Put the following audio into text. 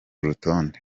rutonde